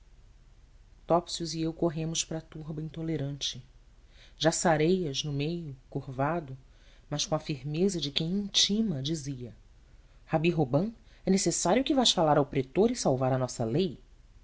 topsius e eu corremos para a turba intolerante já sareias no meio curvado mas com a firmeza de quem intima dizia rabi robã é necessário que vás falar ao pretor e salvar a nossa lei